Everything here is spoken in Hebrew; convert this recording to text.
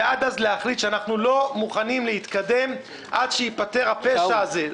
ועד אז להחליט שאנחנו לא מוכנים להתקדם עד שייפתר הפשע הזה.